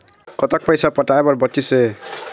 कतक पैसा पटाए बर बचीस हे?